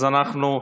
אז אנחנו,